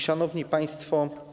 Szanowni Państwo!